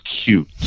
cute